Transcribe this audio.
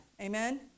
Amen